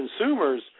consumers